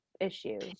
issues